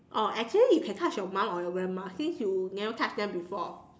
oh actually you can touch your mum or your grandma since you never touch them before